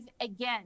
again